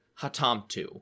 Hatamtu